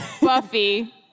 Buffy